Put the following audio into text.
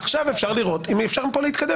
עכשיו אפשר לראות אם מכאן אפשר להתקדם.